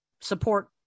Support